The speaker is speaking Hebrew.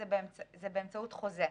הוא באמצעות חוזה.